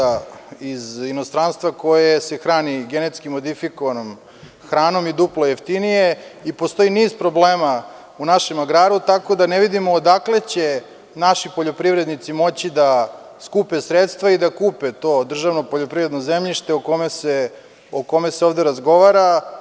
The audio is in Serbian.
U Srbiji je još uvek dozvoljen uvoz mesa iz inostranstva koje se hrani genetski modifikovanom hranom i duplo je jeftinije i postoji niz problema u našem agraru, tako da ne vidimo odakle će naši poljoprivrednici moći da skupe sredstva i da kupe to državno poljoprivredno zemljište o kome se ovde razgovara.